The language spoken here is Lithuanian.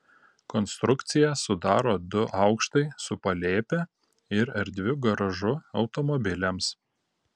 konstrukciją sudaro du aukštai su palėpe ir erdviu garažu automobiliams